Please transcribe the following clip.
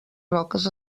roques